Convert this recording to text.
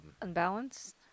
Unbalanced